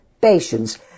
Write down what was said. patients